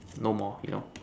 no more you know